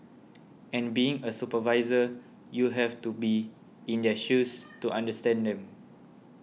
and being a supervisor you have to be in their shoes to understand them